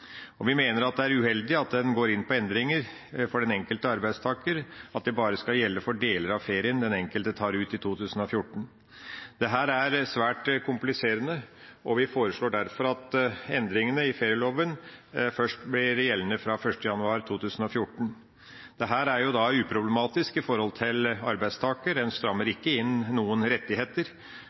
for. Vi mener at det er uheldig at en gjør endringer for den enkelte arbeidstaker, og at det bare skal gjelde for deler av ferien den enkelte tar ut i 2014. Dette er svært kompliserende, og vi foreslår derfor at endringene i ferieloven først blir gjeldende fra 1. januar 2015. Dette er uproblematisk for arbeidstaker, det strammer ikke inn noen rettigheter.